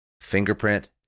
fingerprint